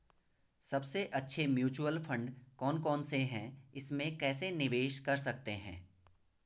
सबसे अच्छे mutual fund कौन कौनसे हैं इसमें कैसे निवेश कर सकते हैं?